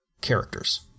characters